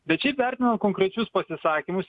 bet šiaip vertinant konkrečius pasisakymus